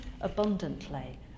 abundantly